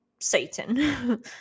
Satan